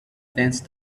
danced